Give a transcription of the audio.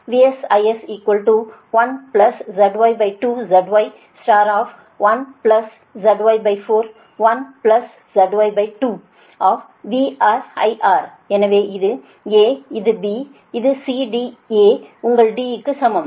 VS IS 1ZY2 Z Y 1ZY4 1ZY2 VR IR எனவே இது A இது B இது C D A உங்கள் D க்கு சமம்